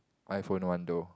iPhone one though